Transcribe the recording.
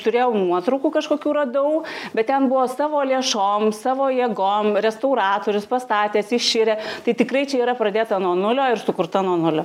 turėjau nuotraukų kažkokių radau bet ten buvo savo lėšom savo jėgom restauratorius pastatęs iširę tai tikrai čia yra pradėta nuo nulio ir sukurta nuo nulio